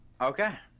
Okay